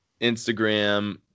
Instagram